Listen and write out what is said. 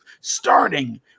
starting